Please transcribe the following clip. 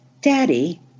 Daddy